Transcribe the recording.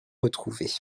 retrouver